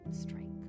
strength